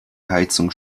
heizung